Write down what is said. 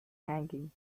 hanging